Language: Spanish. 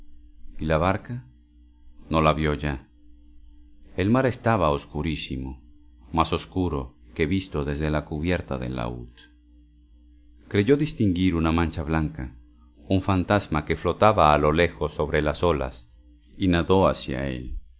y la barca no la vio ya el mar estaba oscurísimo más oscuro que visto desde la cubierta del laúd creyó distinguir una mancha blanca un fantasma que flotaba a lo lejos sobre las olas y nadó hacia él